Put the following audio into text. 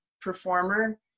performer